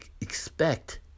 expect